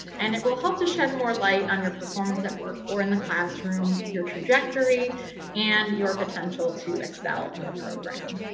and it will help to shed more light on your performance at work or in the classroom, your trajectory and your potential to excel in the program.